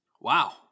Wow